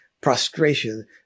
prostration